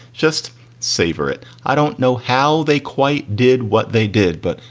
just savor it. i don't know how they quite did what they did, but,